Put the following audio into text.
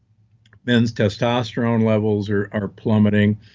men's testosterone levels are are plummeting.